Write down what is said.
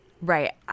Right